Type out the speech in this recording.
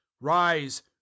rise